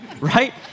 right